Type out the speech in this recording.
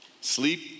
Sleep